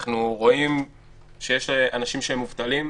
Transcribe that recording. אנחנו רואים שיש אנשים שהם מובטלים,